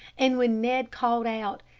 and when ned called out,